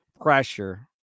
pressure